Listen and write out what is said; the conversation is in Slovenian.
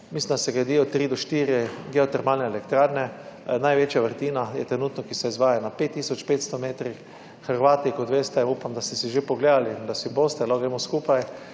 mislim, da se gradijo tri do štiri geotermalne elektrarne. Največja vrtina, ki se izvaja na 5 tisoč 500 metrih. Hrvati, kot veste, upam, da ste si že pogledali, da si boste lahko gremo skupaj,